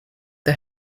the